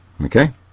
Okay